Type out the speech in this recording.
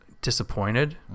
disappointed